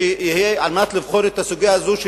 כדי לבחון את הסוגיה הזאת,